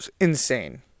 insane